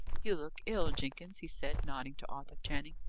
you look ill, jenkins, he said, nodding to arthur channing.